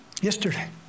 yesterday